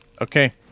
Okay